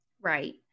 Right